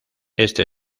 este